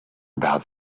about